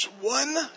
One